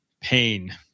pain